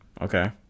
okay